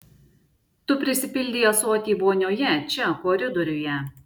tu prisipildei ąsotį vonioje čia koridoriuje